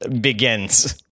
begins